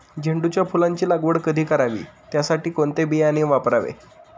झेंडूच्या फुलांची लागवड कधी करावी? त्यासाठी कोणते बियाणे वापरावे?